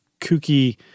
kooky